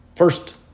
first